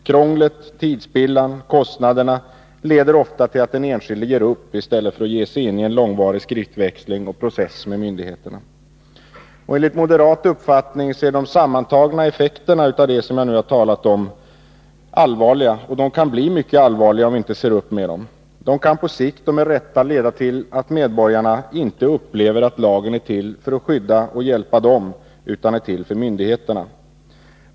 Krånglet, tidsspillan, kostnaderna leder ofta till att den enskilde ger upp i stället för att ge sig in i en långvarig skriftväxling och process med myndigheterna. Enligt moderat uppfattning är de sammantagna effekterna av det som jag nu har talat om allvarliga. Och de kan bli mycket allvarliga, om vi inte ser upp med dem. De kan på sikt, och med rätta, leda till att medborgarna inte upplever att lagen är till för att skydda och hjälpa dem utan är till för myndigheterna.